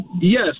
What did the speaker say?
Yes